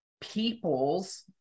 peoples